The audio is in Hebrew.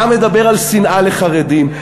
אתה מדבר על שנאה לחרדים.